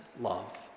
love